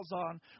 on